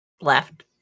left